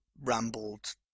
rambled